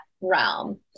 realm